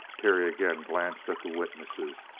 terry again glanced at the witnesses.